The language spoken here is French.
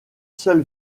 seule